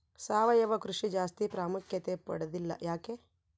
ಸಾವಯವ ಕೃಷಿ ಜಾಸ್ತಿ ಪ್ರಾಮುಖ್ಯತೆ ಪಡೆದಿಲ್ಲ ಯಾಕೆ?